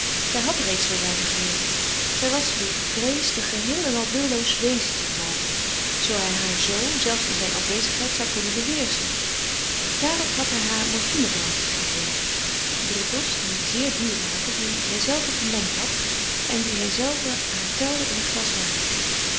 zij had reeds zoo weinig wil zij was bevreesd een geheel en al willoos wezen te worden zoo hij haar zo zelfs in zijne afwezigheid zou kunnen beheerschen daarop had hij haar morfinedrankjes gegeven druppels die zeer duur waren die hijzelve gemengd had en die hijzelve haar telde in een glas water